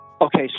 Okay